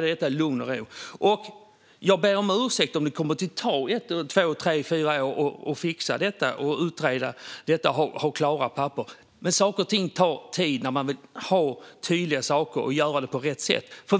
detta i lugn och ro. Jag ber om ursäkt om det kommer att ta ett, två, tre eller fyra år att utreda detta och fixa det med klara papper. Men saker och ting tar tid när man vill göra tydliga saker på rätt sätt.